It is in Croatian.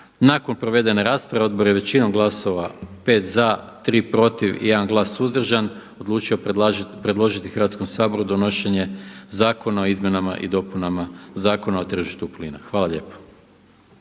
Nakon provedene rasprave odbor je većinom glasova 5 za, 3 protiv i 1 glas suzdržan odlučio predložiti Hrvatskom saboru donošenje Zakona o izmjenama i dopunama Zakona o tržištu plina. Hvala lijepo.